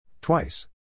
twice